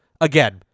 again